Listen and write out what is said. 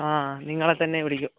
ആ നിങ്ങളെ തന്നേ വിളിക്കൂ